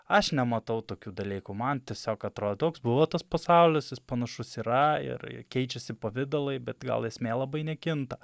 aš nematau tokių dalykų man tiesiog atrodo toks buvo tas pasaulis jis panašus yra ir keičiasi pavidalai bet gal esmė labai nekinta